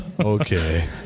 Okay